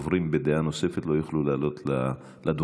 הדוברים בדעה נוספת לא יוכלו לעלות לדוכן,